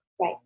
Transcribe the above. Right